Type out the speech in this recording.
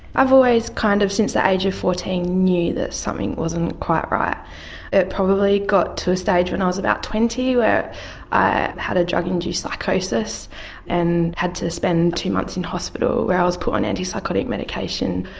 i've always kind of since the age fourteen knew that something wasn't quite right it probably got to a stage when i was about twenty where i had a drug induced psychosis and had to spend two months in hospital where i was put on antipsychotic medication.